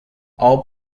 all